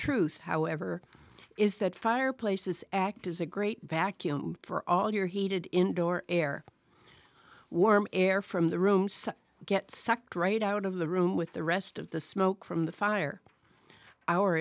truth however is that fireplaces act as a great vacuum for all your heated indoor air warm air from the room some get sucked right out of the room with the rest of the smoke from the fire our